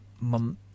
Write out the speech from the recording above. Month